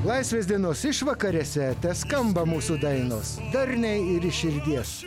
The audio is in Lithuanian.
laisvės dienos išvakarėse teskamba mūsų dainos darniai ir iš širdies